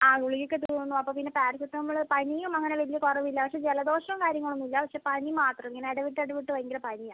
ആ ഗുളികയ്ക്ക് ഇത് വന്നു അപ്പം പിന്നെ പാരസിറ്റമോള് പനിയും അങ്ങനെ വലിയ കുറവ് ഇല്ല പക്ഷെ ജലദോഷം കാര്യങ്ങൾ ഒന്നും ഇല്ല പക്ഷെ പനി മാത്രം ഇങ്ങനെ ഇടവിട്ട് ഇടവിട്ട് ഭയങ്കര പണിയാണ്